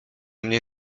mnie